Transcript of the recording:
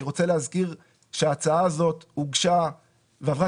אני רוצה להזכיר שההצעה הזאת הוגשה ועברה